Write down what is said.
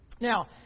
Now